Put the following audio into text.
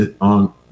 on